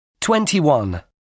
Twenty-one